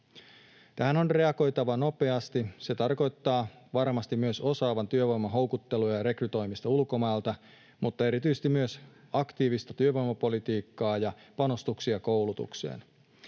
Tähän on reagoitava nopeasti. Se tarkoittaa varmasti myös osaavan työvoiman houkuttelua ja rekrytoimista ulkomailta, mutta erityisesti myös aktiivista työvoimapolitiikkaa ja panostuksia koulutukseen.